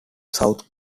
south